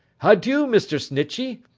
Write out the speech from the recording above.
adieu, mr. snitchey!